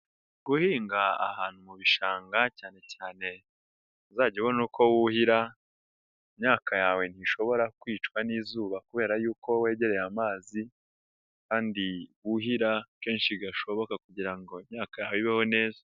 Guhinga ahantu mu bishanga cyane cyane uzajyabona uko wuhira, imyaka yawe ntishobora kwicwa n'izuba kubera yuko wegereye amazi kandi wuhira kenshi gashoboka kugira ngo imyaka yawe ibeho neza.